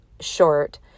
short